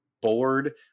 bored